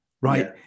right